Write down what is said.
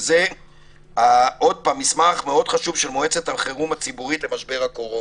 וזה מסמך מאוד חשוב של מועצת החירום הציבורית למשבר הקורונה.